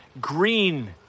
green